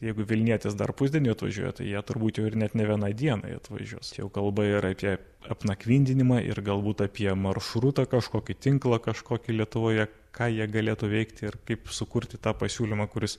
jeigu vilnietis dar pusdieniui atvažiuoja tai jie turbūt jau ir net ne vienai dienai atvažiuos čia jau kalba yra apie apnakvyndinimą ir galbūt apie maršrutą kažkokį tinklą kažkokį lietuvoje ką jie galėtų veikti ir kaip sukurti tą pasiūlymą kuris